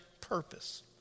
purpose